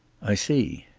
i see.